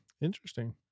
Interesting